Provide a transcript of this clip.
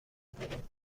بروید